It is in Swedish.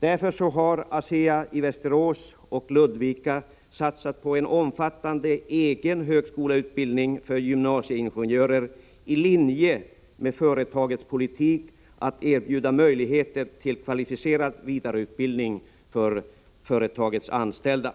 Därför har ASEA i Västerås och Ludvika satsat på en 55 komma till rätta med teknikerbristen omfattande egen högskoleutbildning för gymnasieingenjörer i linje med företagets politik att erbjuda möjligheter till kvalificerad vidareutbildning för företagets anställda.